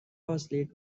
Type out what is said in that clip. مشی